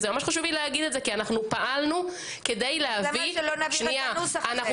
וזה ממש חשוב לי להגיד את זה כי אנחנו פעלנו כדי להביא את כל